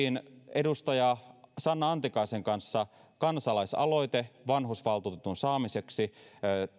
edustaja sanna antikaisen kanssa kansalaisaloitteen vanhusvaltuutetun saamiseksi